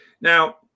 Now